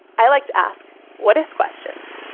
i like to ask what if questions.